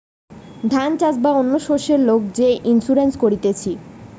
ধান চাষ বা অন্য শস্যের লোক যে ইন্সুরেন্স করতিছে